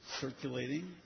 circulating